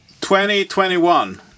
2021